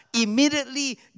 immediately